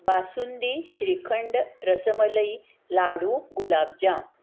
basundi shrikhand rasmalai ladoo गुलाबजाम